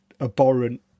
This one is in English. abhorrent